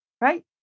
right